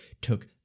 took